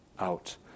out